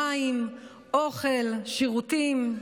מים, אוכל, שירותים.